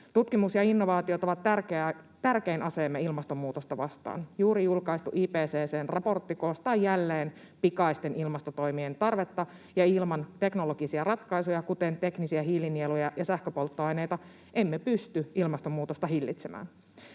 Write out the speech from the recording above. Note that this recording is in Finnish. Tutkimus ja innovaatiot ovat tärkein aseemme ilmastonmuutosta vastaan. Juuri julkaistu IPCC:n raportti korostaa jälleen pikaisten ilmastotoimien tarvetta, ja ilman teknologisia ratkaisuja, kuten teknisiä hiilinieluja ja sähköpolttoaineita, emme pysty ilmastonmuutosta hillitsemään.